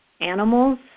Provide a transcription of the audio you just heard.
animals